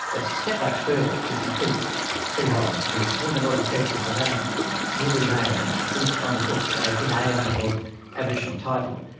it's a step much further to complete free holding. and in the northern territory the land will remain, at least on the books, as inalienable aboriginal title,